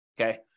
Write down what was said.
Okay